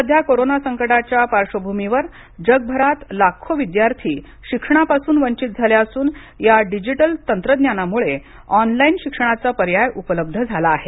सध्या कोरोना संकटाच्याच्या पार्श्वभूमीवर जगभरात लाखो विद्यार्थी शिक्षणापासून वंचित झाले असून या डिजिटल तंत्रज्ञानामुळे ऑनलाईन शिक्षणाचा पर्याय उपलब्ध झाला आहे